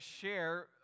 share